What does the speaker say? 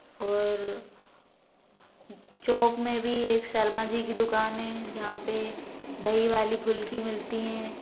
और चौक में भी एक शर्मा जी की दुकान है जहाँ पे दही वाली फुल्की मिलती हैं